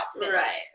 Right